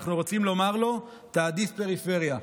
אנחנו רוצים לומר לו: תעדיף פריפריה.